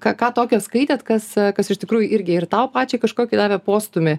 ką ką tokią skaitėt kas kas iš tikrųjų irgi ir tau pačiai kažkokį davė postūmį